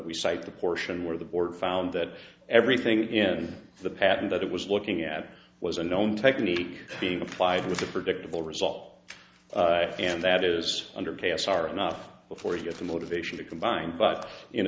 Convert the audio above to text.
we cite the portion where the board found that everything in the pattern that it was looking at was a known technique being applied with a predictable result and that is underpass are enough before you get the motivation to combine but in